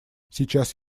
сейчас